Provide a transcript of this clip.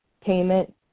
payment